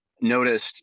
noticed